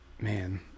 man